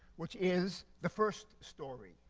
which is the first story,